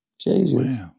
Jesus